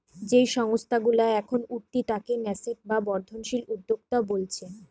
যেই সংস্থা গুলা এখন উঠতি তাকে ন্যাসেন্ট বা বর্ধনশীল উদ্যোক্তা বোলছে